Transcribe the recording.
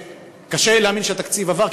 קשה לי להאמין שהתקציב עבר,